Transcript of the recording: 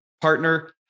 partner